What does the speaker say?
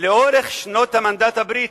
לאורך שנות המנדט הבריטי.